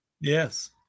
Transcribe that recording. yes